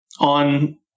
on